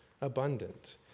abundant